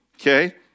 okay